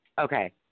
Okay